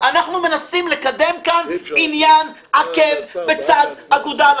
אנחנו מנסים לקדם כאן עניין עקב בצד אגודל.